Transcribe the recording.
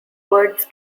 words